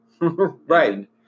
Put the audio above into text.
Right